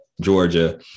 georgia